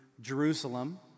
Jerusalem